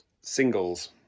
singles